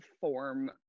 form